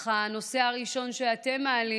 אך הנושא הראשון שאתם מעלים,